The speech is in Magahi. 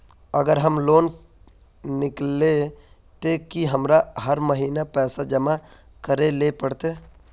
अगर हम लोन किनले ते की हमरा हर महीना पैसा जमा करे ले पड़ते?